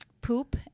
poop